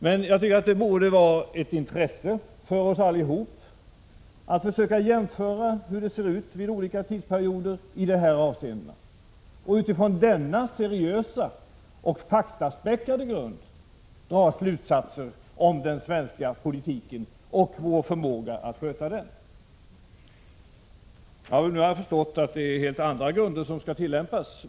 Men jag tycker att det borde vara ett intresse för oss alla att försöka jämföra hur det ser ut under olika tidsperioder i de här avseendena och utifrån denna seriösa och faktaspäckade grund dra slutsatser om den svenska politiken och vår förmåga att sköta den. Nu har jag förstått att det är helt andra grunder som skall tillämpas.